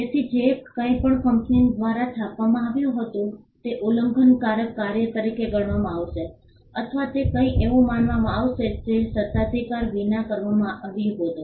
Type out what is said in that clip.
તેથી જે કંઈપણ આ કંપની દ્વારા છાપવામાં આવ્યું હતું તે ઉલ્લંઘનકારક કાર્ય તરીકે ગણવામાં આવશે અથવા તે કંઈક એવું માનવામાં આવશે જે સત્તાધિકાર વિના કરવામાં આવ્યું હતું